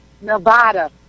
Nevada